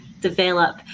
develop